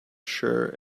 sure